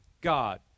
God